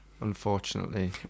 unfortunately